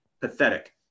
Pathetic